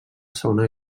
segona